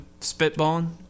spitballing